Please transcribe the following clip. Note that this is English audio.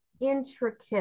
intricate